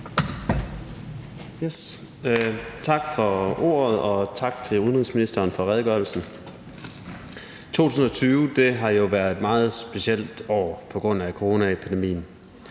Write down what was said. Tak for ordet, og tak til udenrigsministeren for redegørelsen. 2020 har jo været et meget specielt år på grund af coronaepidemien,